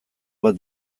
bat